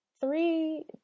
three